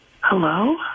hello